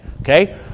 Okay